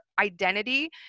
identity